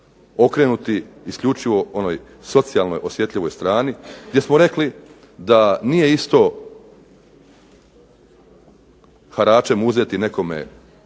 okrenuti isključivo onoj socijalno osjetljivoj strani, gdje smo rekli da nije isto haračem uzeti nekome